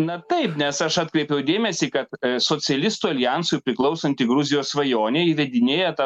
na taip nes aš atkreipiau dėmesį kad socialistų aljansui priklausanti gruzijos svajonė įvedinėja tą